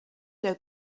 der